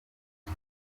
nzu